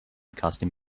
custom